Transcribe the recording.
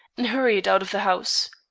and hurried out of the house.